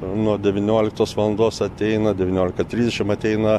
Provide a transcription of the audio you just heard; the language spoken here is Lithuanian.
nuo devynioliktos valandos ateina devyniolika trisdešimt ateina